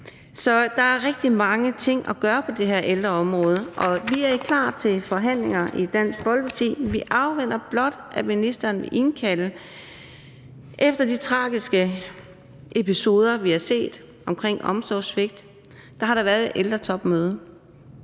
Så der er rigtig mange ting at gøre på ældreområdet, og vi er i Dansk Folkeparti klar til forhandlinger. Vi afventer blot, at ministeren vil indkalde os. Efter de tragiske episoder, vi har set omkring omsorgssvigt, har der været et ældretopmøde,